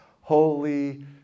Holy